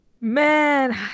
man